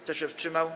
Kto się wstrzymał?